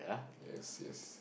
yes yes